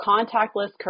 contactless